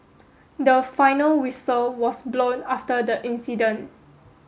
the final whistle was blown after the incident